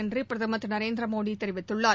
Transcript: என்று பிரதம் திரு நரேந்திரமோடி தெரிவித்துள்ளார்